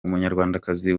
umunyarwandakazi